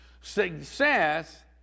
Success